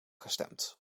gestemd